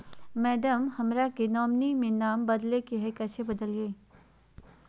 madam, हमरा के nominee में नाम बदले के हैं, कैसे बदलिए